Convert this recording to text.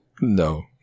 no